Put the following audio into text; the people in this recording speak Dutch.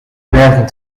bergen